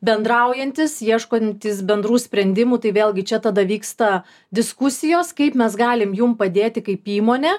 bendraujantys ieškantys bendrų sprendimų tai vėlgi čia tada vyksta diskusijos kaip mes galim jum padėti kaip įmonė